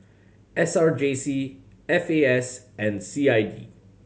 S R J C F A S and C I D